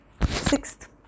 Sixth